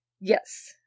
Yes